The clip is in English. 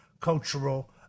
cultural